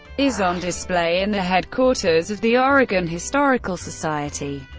is on display in the headquarters of the oregon historical society.